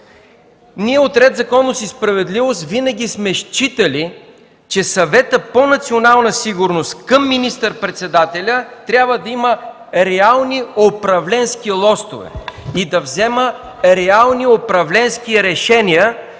Ние от „Ред, законност и справедливост” винаги сме считали, че Съветът по национална сигурност към министър-председателя трябва да има реални управленски лостове и да взема реални управленски решения,